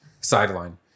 sideline